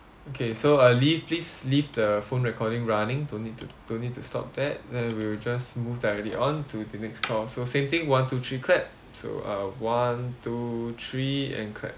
okay so uh lee please leave the phone recording running don't need to don't need to stop that then we will just move directly on to the next call so same thing one to three clap so uh one two three and clap